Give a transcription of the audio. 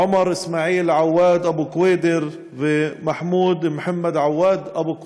עומר אסמעיל עוואד אבו קוידר ומחמוד מוחמד עוואד אבו קוידר,